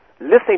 listening